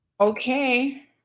Okay